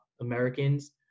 Americans